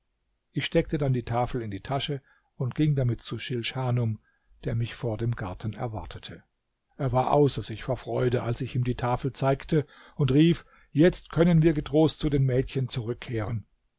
ich steckte dann die tafel in die tasche und ging damit zu schilschanum der mich vor dem garten erwartete er war außer sich vor freude als ich ihm die tafel zeigte und rief jetzt können wir getrost zu den mädchen zurückkehren